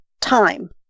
time